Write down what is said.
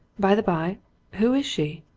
by the by who is she!